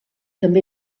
també